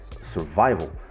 survival